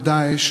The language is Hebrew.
ו"דאעש",